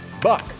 Buck